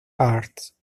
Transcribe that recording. arts